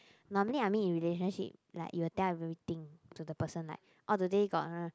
normally I mean in relationship like you will tell everything to the person like oh today got